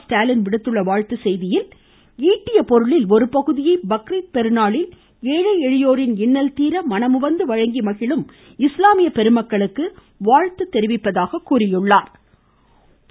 ஸ்டாலின் விடுத்துள்ள வாழ்த்துச்செய்தியில் ஈட்டிய பொருளில் ஒருபகுதியை பக்ரீத் பெருநாளில் ஏழை எளியோரின் இன்னல் தீர மனமுவந்து வழங்கி மகிழும் இஸ்லாமிய பெருமக்களுக்கு வாழ்த்து தெரிவிப்பதாக கூறியிருக்கிறார்